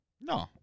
No